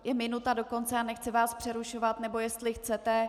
Je minuta do konce a nechci vás přerušovat nebo jestli chcete?